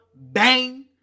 Bang